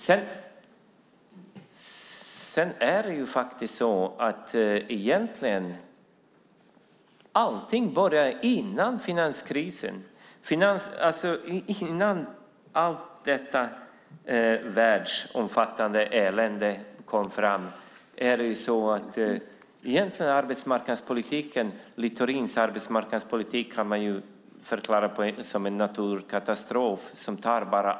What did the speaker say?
Sedan började egentligen allting före finanskrisen, alltså innan detta världsomfattande elände kom fram. Littorins arbetsmarknadspolitik kan ju beskrivas som en naturkatastrof.